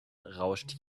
rauscht